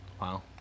wow